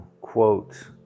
quote